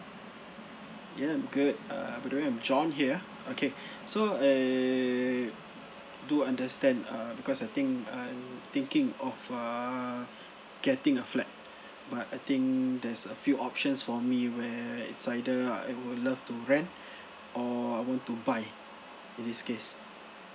yeah I'm good err by the way I'm john here okay so I do understand uh because I think I'm thinking of err getting a flat but I think there's a few options for me where it's either I would love to rent or I want to buy this case